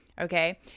okay